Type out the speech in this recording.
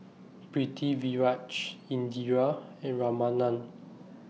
Pritiviraj Indira and Ramanand